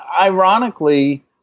ironically